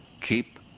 keep